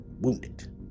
wounded